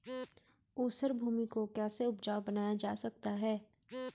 ऊसर भूमि को कैसे उपजाऊ बनाया जा सकता है?